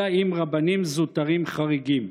אלא עם רבנים זוטרים חריגים.